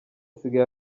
asigaye